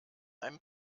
einen